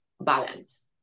balance